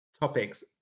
topics